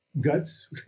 guts